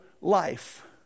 life